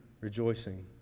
rejoicing